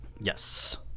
Yes